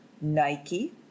Nike